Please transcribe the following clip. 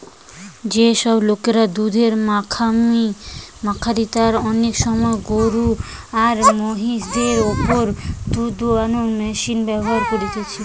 যেসব লোকরা দুধের খামারি তারা অনেক সময় গরু আর মহিষ দের উপর দুধ দুয়ানার মেশিন ব্যাভার কোরছে